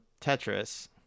Tetris